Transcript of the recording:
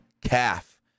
calf